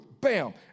Bam